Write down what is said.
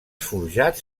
forjats